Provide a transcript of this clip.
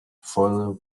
fallen